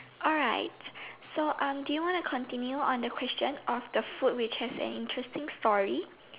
alright so um do you want to continue on the question of the food which has an interesting story